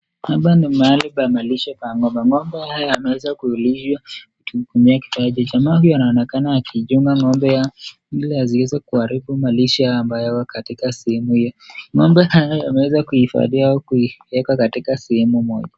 Hapa ni mahali pa malisho ya ng'ombe. Ng'ombe haya yameweza kulishwa kutumia kifaa chake. Mtu anaonekana akichunga ng'ombe ili wasiharibu malisho ambayo yamo katika sehemu hiyo. Ng'ombe hawa wameweza kuhifadhiwa kuwekwa katika sehemu moja.